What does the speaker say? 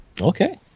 Okay